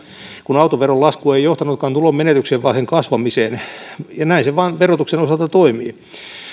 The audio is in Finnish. kun autoveron lasku ei johtanutkaan tulon menetykseen vaan sen kasvamiseen näin se vaan verotuksen osalta toimii